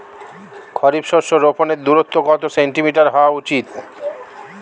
খারিফ শস্য রোপনের দূরত্ব কত সেন্টিমিটার হওয়া উচিৎ?